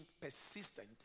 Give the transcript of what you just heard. persistent